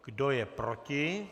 Kdo je proti?